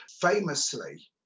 Famously